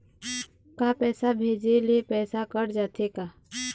का पैसा भेजे ले पैसा कट जाथे का?